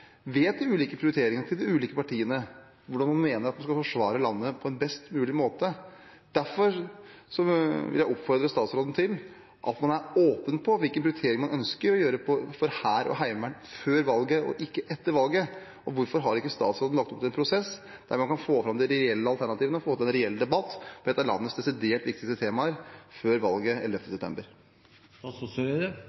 de ulike prioriteringene til de ulike partiene, hvordan de mener en skal forsvare landet på en best mulig måte. Derfor vil jeg oppfordre statsråden til at man er åpen om hvilken prioritering man ønsker å gjøre for Hæren og Heimevernet, før valget og ikke etter valget. Hvorfor har ikke statsråden lagt opp til en prosess der man kan få fram de reelle alternativene og få til en reell debatt? Dette er landets desidert viktigste temaer før valget